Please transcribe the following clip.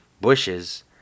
bushes